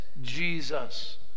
Jesus